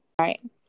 Right